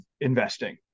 investing